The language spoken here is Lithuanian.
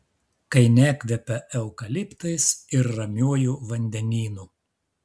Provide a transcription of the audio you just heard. kai nekvepia eukaliptais ir ramiuoju vandenynu